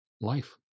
Life